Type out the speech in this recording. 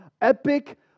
epic